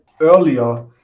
earlier